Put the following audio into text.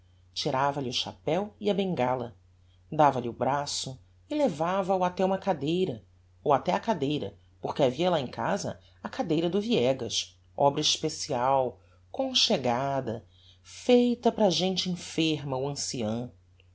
rindo tirava-lhe o chapeu e a bengala dava-lhe o braço e levava-o até uma cadeira ou até á cadeira porque havia lá em casa a cadeira do viegas obra especial conchegada feita para gente enferma ou